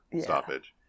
stoppage